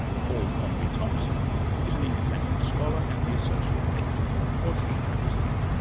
paul comrie thompson is an independent scholar and the associate editor of quadrant magazine.